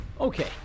Okay